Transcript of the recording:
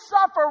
suffer